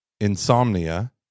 Insomnia